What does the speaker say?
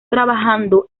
trabajando